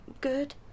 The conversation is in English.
good